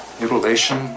mutilation